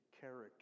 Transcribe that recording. character